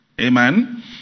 Amen